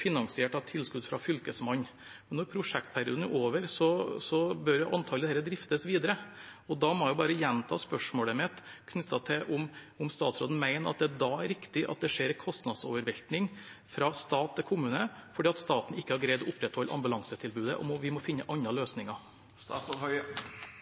finansiert av tilskudd fra Fylkesmannen, men når prosjektperioden er over, bør antakelig dette driftes videre. Da må jeg bare gjenta spørsmålet mitt: Mener statsråden at det er riktig at det skjer en kostnadsovervelting fra stat til kommune fordi staten ikke har greid å opprettholde ambulansetilbudet og vi må finne andre løsninger?